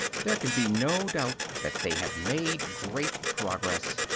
there can be no doubt that they have made great progress.